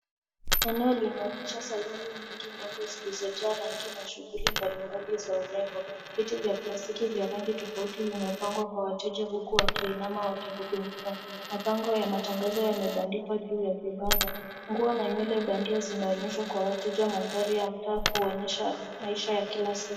Eneo linaonyesha saluni nyingi ndogo zilizojaa rangi na shughuli mbalimbali za urembo. Viti vya plastiki vya rangi tofauti vimepangwa kwa wateja huku wakiinama wakihudumiwa. Mabango ya matangazo yamebandikwa juu ya vibanda. Nguo na nywele bandia zinaonyeshwa kwa wateja, mandhari ya mtaa kuonyesha maisha ya kila siku.